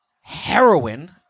heroin